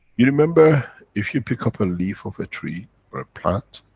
you remember, if you pick up a leaf of a tree or a plant,